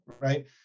right